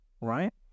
right